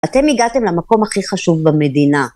אתם הגעתם למקום הכי חשוב במדינה.